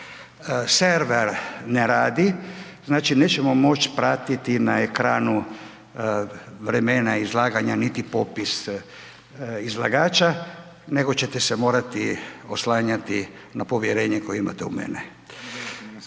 Server ne radi, znači nećemo moći pratiti na ekranu vremena izlaganja niti popis izlagača, nego ćete se morati oslanjati na povjerenje koje imate u mene.